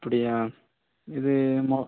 அப்படியா இது மோ